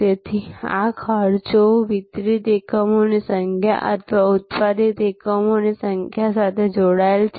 તેથી આ ખર્ચો વિતરિત એકમોની સંખ્યા અથવા ઉત્પાદિત એકમોની સંખ્યા સાથે જોડાયેલા છે